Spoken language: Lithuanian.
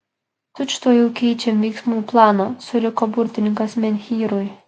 tučtuojau keičiam veiksmų planą suriko burtininkas menhyrui